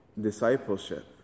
discipleship